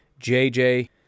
JJ